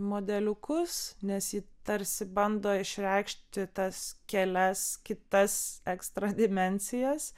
modeliukus nes ji tarsi bando išreikšti tas kelias kitas ekstra dimensijas